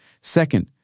Second